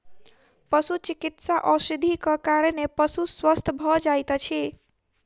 पशुचिकित्सा औषधिक कारणेँ पशु स्वस्थ भ जाइत अछि